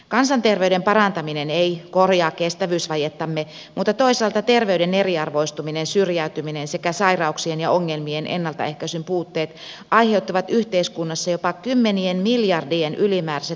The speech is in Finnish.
kansanterveyden parantaminen ei korjaa kestävyysvajettamme mutta toisaalta terveyden eriarvoistuminen syrjäytyminen sekä sairauksien ja ongelmien ennaltaehkäisyn puutteet aiheuttavat yhteiskunnassa jopa kymmenien miljardien ylimääräiset vuosittaiset kustannukset